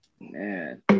Man